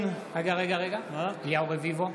אליהו רביבו,